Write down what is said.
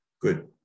Good